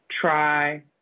try